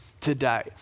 today